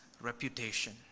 reputation